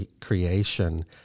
creation